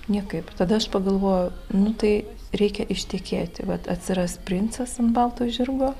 niekaip tada aš pagalvojau nu tai reikia ištekėti vat atsiras princas ant balto žirgo